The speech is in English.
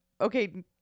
Okay